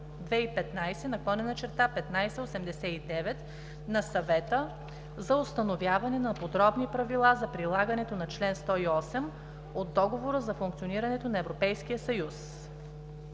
2015/1589 на Съвета за установяване на подробни правила за прилагането на член 108 от Договора за функционирането на Европейския съюз.